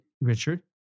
Richard